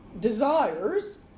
desires